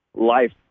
life